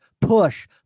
push